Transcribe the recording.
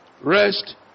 rest